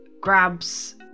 grabs